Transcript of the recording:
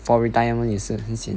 for retirement 也是很闲